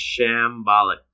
Shambolic